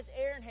Aaron